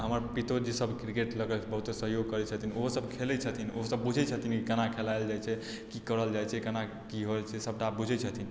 हमर पीतोजी सभ क्रिकेट लऽ कऽ बहुते सहयोग करै छथिन ओहो सभ खेलै छथिन ओहो सभ बुझै छथिन जे केना खेलायल जाइत छै की करय लेल जाइ छै केना की होत से सभटा बुझैत छथिन